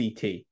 CT